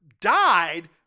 died